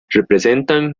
representa